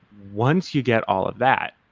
once you get all of that,